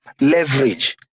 leverage